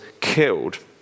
killed